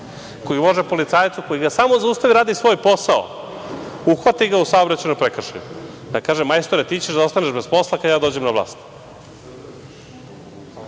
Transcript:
Koji može policajcu koji ga samo zaustavi i radi svoj posao, uhvati ga u saobraćajnom prekršaju, da kaže – majstore, ti ćeš da ostaneš bez posla kad ja dođem na vlast. Da